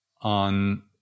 on